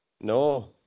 No